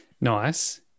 Nice